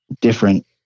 different